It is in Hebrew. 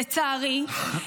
לצערי,